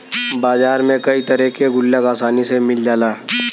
बाजार में कई तरे के गुल्लक आसानी से मिल जाला